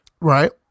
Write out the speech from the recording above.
Right